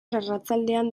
arratsaldean